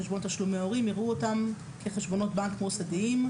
חשבון תשלומי הורים יראו אותם חשבונות בנק מוסדיים,